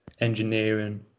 engineering